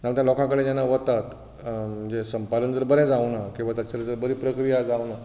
नाजाल्यार जेन्ना लोकां कडेन वतात म्हणजे संपादन जर बरें जावं ना किवां ताचेर जर बरी प्रक्रिया जावं ना